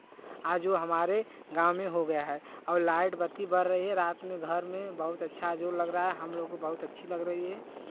जो हमारे गाँव में हो गया है और लाइट बत्ती बर रही है रात में घर में बहुत अच्छा जो लग रहा है हम लोग को बहुत अच्छी लग रही है